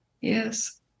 yes